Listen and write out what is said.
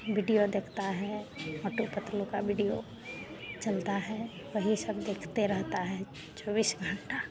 video देखता है मोटू पतलू का विडियो चलता है वही सब देखते रहता है चौबीस घंटे